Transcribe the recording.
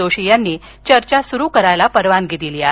जोशी यांनी चर्चा सुरु करण्यास परवानगी दिली आहे